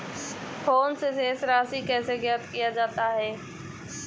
Phone से शेष राशि कैसे ज्ञात किया जाता है?